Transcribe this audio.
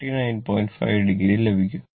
5 o ലഭിക്കും